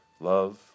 love